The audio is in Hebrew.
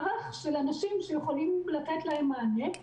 אבל אין מספיק מערך של אנשים שיכולים לתת להם מענה,